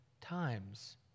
times